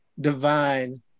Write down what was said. divine